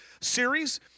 series